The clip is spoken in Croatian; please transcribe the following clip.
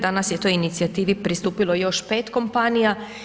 Danas je toj inicijativi pristupilo još pet kompanija.